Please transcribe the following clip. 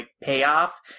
payoff